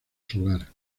solar